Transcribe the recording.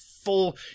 Full